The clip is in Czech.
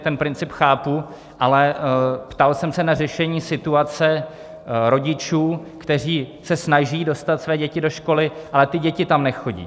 Ten princip chápu, ale ptal jsem se na řešení situace rodičů, kteří se snaží dostat své děti do školy, ale ty děti tam nechodí.